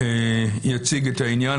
שיציג את העניין.